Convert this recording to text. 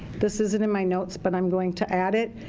this isn't in my notes, but i'm going to add it.